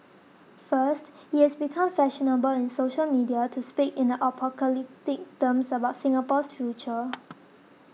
first it has become fashionable in social media to speak in apocalyptic terms about Singapore's future